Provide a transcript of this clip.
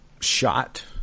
shot